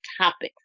topics